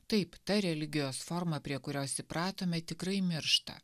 taip ta religijos forma prie kurios įpratome tikrai miršta